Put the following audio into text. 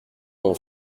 mon